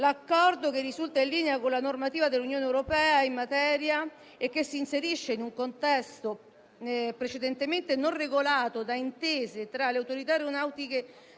dall'Ecuador, che risulta in linea con la normativa dell'Unione europea in materia e si inserisce in un contesto precedentemente non regolato da intese tra le autorità aeronautiche